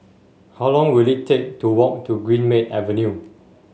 how long will it take to walk to Greenmead Avenue